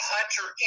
Hunter